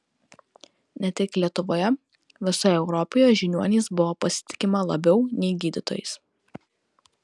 ne tik lietuvoje visoje europoje žiniuoniais buvo pasitikima labiau nei gydytojais